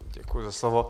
Děkuji za slovo.